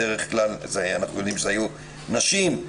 בדרך כלל אלה היו נשים,